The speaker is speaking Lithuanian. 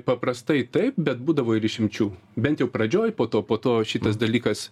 paprastai taip bet būdavo ir išimčių bent jau pradžioj po to po to šitas dalykas